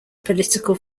political